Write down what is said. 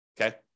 Okay